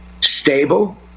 stable